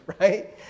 right